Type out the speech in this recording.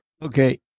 Okay